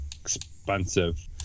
expensive